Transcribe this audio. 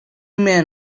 men